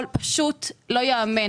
לא ייאמן.